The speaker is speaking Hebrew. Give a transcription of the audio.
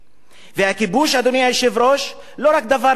והכיבוש, אדוני היושב-ראש, לא רק דבר פיזי.